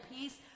peace